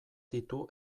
ditu